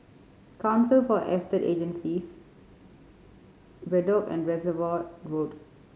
Council for Estate Agencies Bedok and Reservoir Road